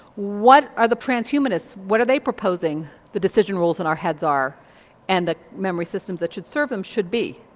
what are the transhumanists, what are they proposing the decision rules in our heads are and the memory systems that should serve them should be?